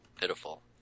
pitiful